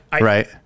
Right